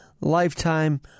lifetime